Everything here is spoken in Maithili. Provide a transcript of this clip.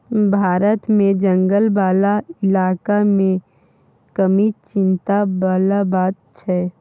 भारत मे जंगल बला इलाका मे कमी चिंता बला बात छै